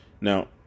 now